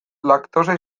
laktosa